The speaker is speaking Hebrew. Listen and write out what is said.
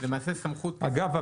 אגב,